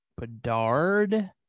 Bedard